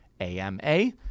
AMA